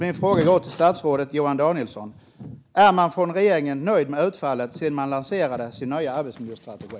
Min fråga går därför till statsrådet Johan Danielsson: Är man från regeringens sida nöjd med utfallet sedan man lanserade sin nya arbetsmiljöstrategi?